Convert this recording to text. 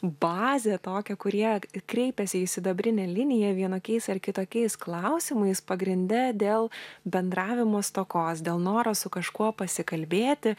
bazę tokią kurie kreipiasi į sidabrinę liniją vienokiais ar kitokiais klausimais pagrinde dėl bendravimo stokos dėl noro su kažkuo pasikalbėti